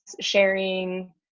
sharing